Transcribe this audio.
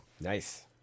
Nice